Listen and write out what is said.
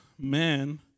Man